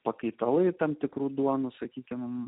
pakaitalai tam tikrų duonų sakykime